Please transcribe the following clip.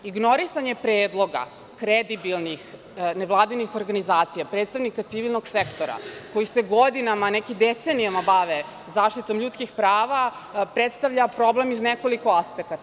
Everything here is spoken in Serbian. Ignorisanje predloga kredibilnih nevladinih organizacija, predstavnika civilnog sektora, koji se godinama, a neki i decenijama, bave zaštitom ljudskih prava, predstavlja problem iz nekoliko aspekata.